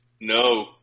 No